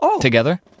together